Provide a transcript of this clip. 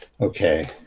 Okay